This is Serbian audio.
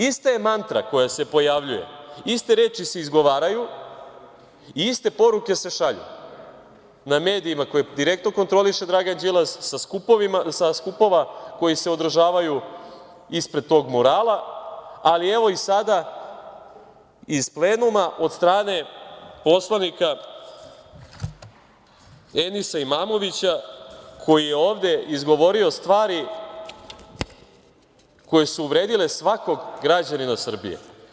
Ista je mantra koja se pojavljuje, iste reči se izgovaraju i iste poruke se šalju na medijima koje direktno kontroliše Dragan Đilas, sa skupova koji se održavaju ispred tog murala, ali evo i sada iz plenuma od strane poslanika Enisa Imamovića, koji je ovde izgovorio stvari koje su uvredile svakog građanina Srbije.